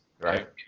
right